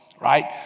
right